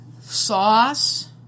Sauce